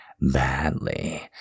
badly